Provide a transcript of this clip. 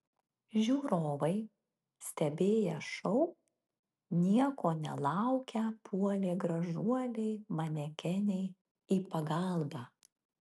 žiūrovai stebėję šou nieko nelaukę puolė gražuolei manekenei į pagalbą